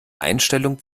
einstellung